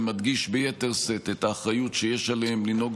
זה מדגיש ביתר שאת את האחריות שיש להם לנהוג